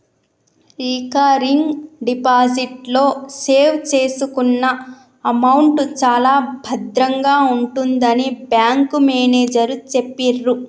recurring deposit లో save చేసుకున్న amount చాలా భద్రంగా ఉంటుందని బ్యాంకు మేనేజరు చెప్పిర్రు